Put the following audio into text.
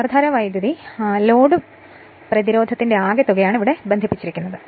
നേർധാരാ വൈദ്യുതി ആയിരിക്കുമെന്നതിനാൽ ലോഡ് പ്രതിരോധത്തിന്റെ ആകെത്തുകയാണ് ഇവിടെ ബന്ധിപ്പിച്ചിരിക്കുന്നത്